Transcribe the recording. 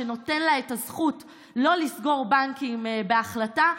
שנותן לה את הזכות שלא לסגור בנקים בהחלטה,